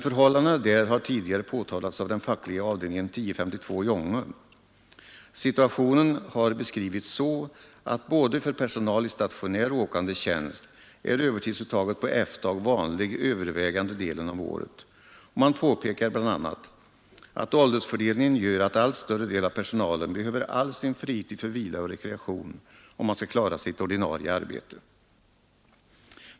Förhållandena där har tidigare påtalats av den fackliga avdelningen 1052 i Ånge. Situationen har beskrivits så att för personal både i stationär och i åkande tjänst är övertidsuttag på F-dag vanligt övervägande delen av året. Och man påpekar bl.a. att åldersfördelningen gör att allt större del av personalen behöver all sin fritid till vila och rekreation, om den skall klara sitt ordinarie arbete.